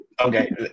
okay